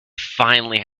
finally